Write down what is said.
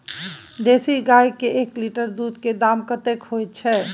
देसी गाय के एक लीटर दूध के दाम कतेक होय छै?